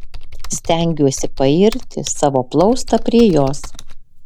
stengiuosi pairti savo plaustą prie jos